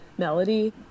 melody